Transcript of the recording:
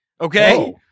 Okay